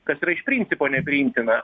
kas yra iš principo nepriimtina